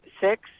six